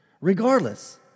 Regardless